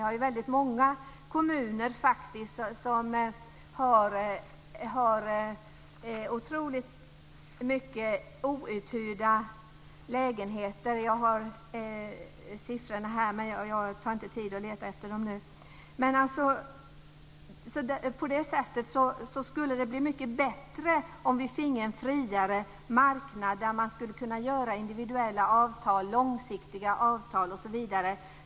Det finns många kommuner som faktiskt har otroligt många outhyrda lägenheter. Jag har siffrorna här, men jag tar mig inte tid att leta efter dem nu. På det sättet skulle det bli mycket bättre om vi finge en friare marknad där man skulle kunna ingå individuella avtal, långsiktiga avtal osv.